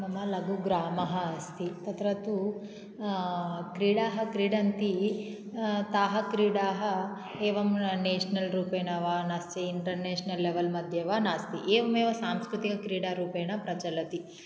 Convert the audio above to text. मम लघुग्रामः अस्ति तत्र तु क्रीडाः क्रीडन्ति ताः क्रीडाः एवं नेशनल् रूपेण वा नास्य इंटरनेशनल् लेवल् मध्ये वा नास्ति एवमेव सांस्कृतिकक्रीडारूपेण प्रचलति